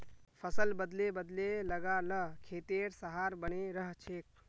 फसल बदले बदले लगा ल खेतेर सहार बने रहछेक